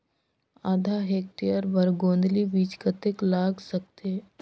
आधा हेक्टेयर बर गोंदली बीच कतेक लाग सकथे?